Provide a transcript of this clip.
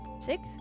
six